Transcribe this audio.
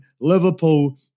Liverpool